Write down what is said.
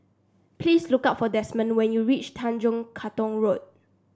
please look up for Desmond when you reach Tanjong Katong Road